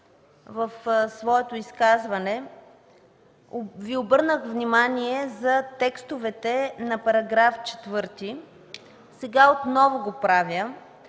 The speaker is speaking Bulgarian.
Ви обърнах внимание за текстовете на § 4, сега отново го правя,